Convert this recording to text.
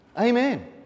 Amen